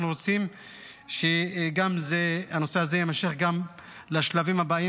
אנחנו רוצים שהנושא הזה יימשך גם לשלבים הבאים.